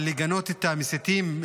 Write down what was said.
אבל לגנות את המסיתים?